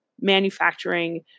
manufacturing